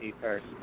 first